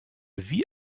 wie